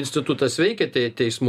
institutas veikia teismų